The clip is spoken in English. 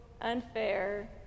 unfair